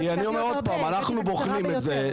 כי אני אומר עוד פעם, אנחנו בוחנים את זה.